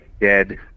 dead